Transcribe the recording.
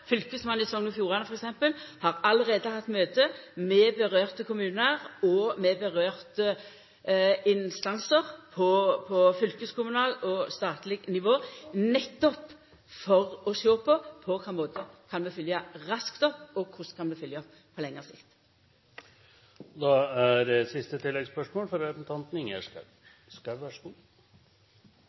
fylkesmannen i Sogn og Fjordane allereie hatt møte med ramma kommunar og med ramma instansar på fylkeskommunalt og statleg nivå – nettopp for å sjå på kva måte vi kan følgja raskt opp, og korleis vi kan følgja opp på lengre sikt. Ingjerd Schou – til siste